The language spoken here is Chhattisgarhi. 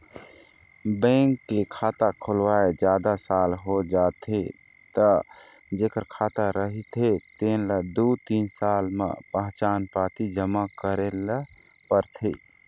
बैंक के खाता खोलवाए जादा साल हो जाथे त जेखर खाता रहिथे तेन ल दू तीन साल म पहचान पाती जमा करे ल परथे